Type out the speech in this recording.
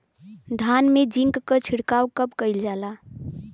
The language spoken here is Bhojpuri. धान में जिंक क छिड़काव कब कइल जाला?